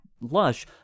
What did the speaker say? Lush